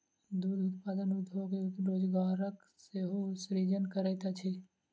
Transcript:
दूध उत्पादन उद्योग रोजगारक सेहो सृजन करैत अछि